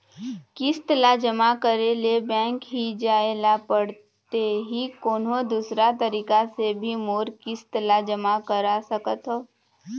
किस्त ला जमा करे ले बैंक ही जाए ला पड़ते कि कोन्हो दूसरा तरीका से भी मोर किस्त ला जमा करा सकत हो?